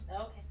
Okay